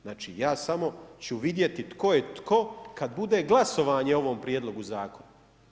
Znači ja samo ću vidjeti tko je tko, kada bude glasovanje o ovom prijedlogu zakona.